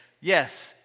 yes